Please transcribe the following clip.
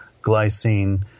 glycine